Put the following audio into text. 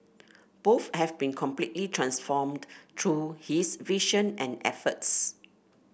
both have been completely transformed through his vision and efforts